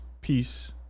peace